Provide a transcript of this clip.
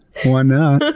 why not?